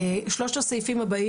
שלושת הסעיפים הבאים,